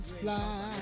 fly